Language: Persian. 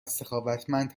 سخاوتمند